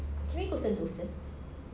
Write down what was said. can we go sentosa